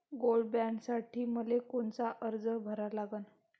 Gold बॉण्डसाठी मले कोनचा अर्ज भरा लागन?